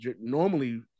normally